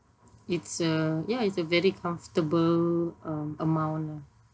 it's a ya it's a very comfortable um amount lah